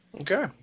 Okay